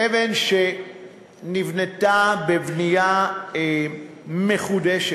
אבן שנבנתה בבנייה מחודשת.